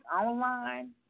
online